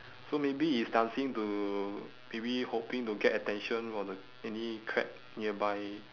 so maybe it's dancing to maybe hoping to get attention while the any crab nearby